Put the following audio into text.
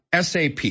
SAP